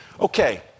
Okay